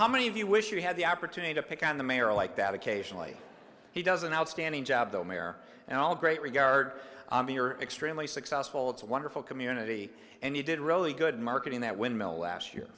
how many of you wish you had the opportunity to pick on the mayor like that occasionally he does an outstanding job the mayor and all great regard extremely successful it's a wonderful community and he did really good marketing that windmill last year